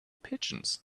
pigeons